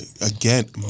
Again